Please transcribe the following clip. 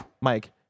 Mike